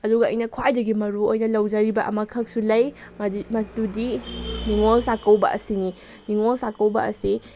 ꯑꯗꯨꯒ ꯑꯩꯅ ꯈ꯭ꯋꯥꯏꯗꯒꯤ ꯃꯔꯨ ꯑꯣꯏꯅ ꯂꯧꯖꯔꯤꯕ ꯑꯃꯈꯛꯁꯨ ꯂꯩ ꯃꯗꯨꯗꯤ ꯅꯤꯡꯉꯣꯜ ꯆꯥꯛꯀꯧꯕ ꯑꯁꯤꯅꯤ ꯅꯤꯡꯉꯣꯜ ꯆꯥꯛꯀꯧꯕ ꯑꯁꯤ